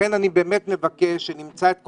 לכן אני באמת מבקש שנמצא את הדרך.